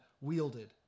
wielded